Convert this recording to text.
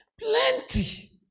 plenty